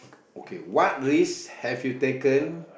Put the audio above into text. okay what race have you taken